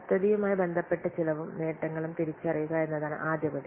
പദ്ധതിയുമായി ബന്ധപ്പെട്ട ചെലവും നേട്ടങ്ങളും തിരിച്ചറിയുക എന്നതാണ് ആദ്യപടി